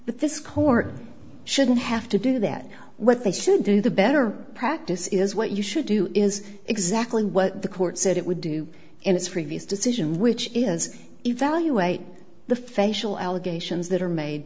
but this court shouldn't have to do that what they should do the better practice is what you should do is exactly what the court said it would do in its previous decision which is evaluate the facial allegations that are made